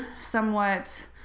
somewhat